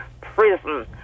prison